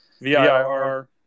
VIR